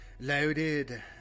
Loaded